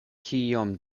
kiom